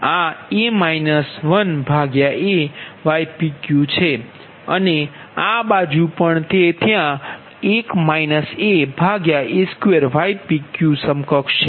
આ aypq છે અને આ બાજુ પણ તે ત્યાં a2ypq સમકક્ષ છે